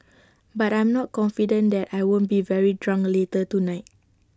but I'm not confident that I won't be very drunk later tonight